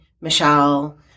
Michelle